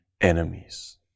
enemies